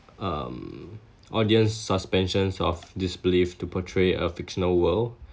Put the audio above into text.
um audience suspensions of disbelief to portray a fictional world